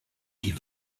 die